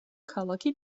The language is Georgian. ქალაქი